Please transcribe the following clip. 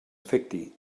afecti